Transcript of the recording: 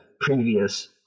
previous